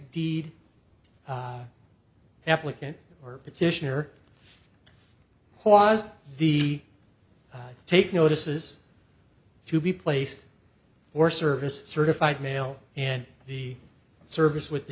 deed applicant or petitioner was the take notice is to be placed or serviced certified mail and the service with the